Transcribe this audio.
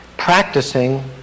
Practicing